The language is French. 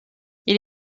elle